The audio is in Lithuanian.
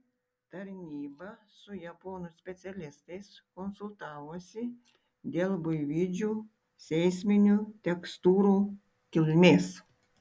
tarnyba su japonų specialistais konsultavosi dėl buivydžių seisminių tekstūrų kilmės